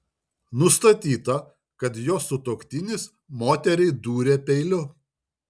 nustatyta kad jos sutuoktinis moteriai dūrė peiliu